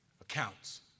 accounts